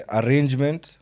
arrangement